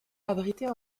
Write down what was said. abritait